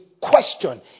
question